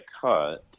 cut